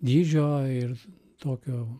dydžio ir tokio